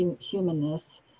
humanness